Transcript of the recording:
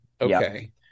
okay